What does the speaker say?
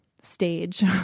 stage